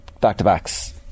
back-to-backs